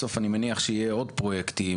בסוף אני מניח שיהיו עוד פרויקטים,